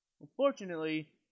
unfortunately